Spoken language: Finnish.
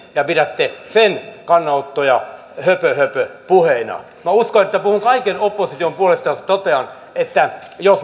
ja pidätte sen kannanottoja höpöhöpöpuheina minä uskon että puhun kaiken opposition puolesta jos totean että jos